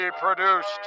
produced